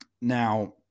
Now